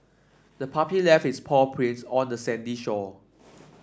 the puppy left its paw prints on the sandy shore